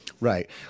Right